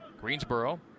Greensboro